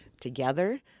together